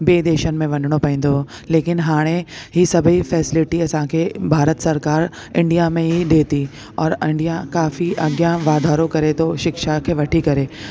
ॿिए देशनि में वञिणो पवंदो हुओ लेकिन हाणे हीअ सभई फैसिलिटी असांखे भारत सरकार इंडिया में ई ॾिए थी और इंडिया काफी अॻियां वाधारो करे थो शिक्षा खे वठी करे